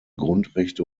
grundrechte